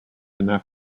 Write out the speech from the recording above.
enough